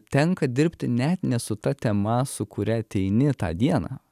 tenka dirbti net ne su ta tema su kuria ateini tą dieną